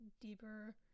deeper